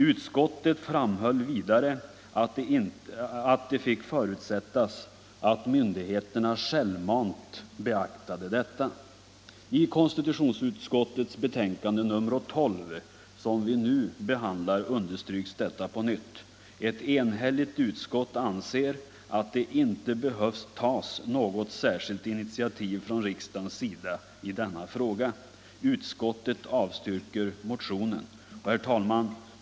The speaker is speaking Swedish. Utskottet framhöll vidare att det fick förutsättas att myndigheterna självmant beaktade detta. I konstitutionsutskottets betänkande nr 12, som vi nu behandlar, understryks detta på nytt. Ett enhälligt utskott anser att det inte behöver tas något särskilt initiativ från riksdagens sida i denna fråga. Utskottet avstyrker motionen. Herr talman!